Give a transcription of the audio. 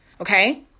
Okay